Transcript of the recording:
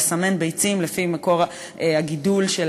לסמן ביצים לפי מקור הגידול של